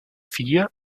vier